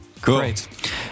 Great